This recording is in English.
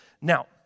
Now